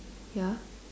ya